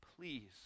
please